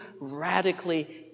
radically